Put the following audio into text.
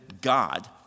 God